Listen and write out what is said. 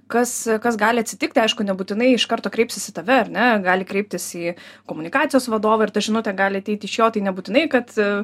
kas kas gali atsitikti aišku nebūtinai iš karto kreipsis į tave ar ne gali kreiptis į komunikacijos vadovą ir ta žinutė gali ateiti iš jo tai nebūtinai kad